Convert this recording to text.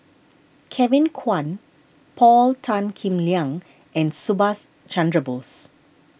Kevin Kwan Paul Tan Kim Liang and Subhas Chandra Bose